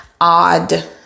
odd